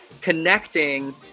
connecting